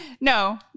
No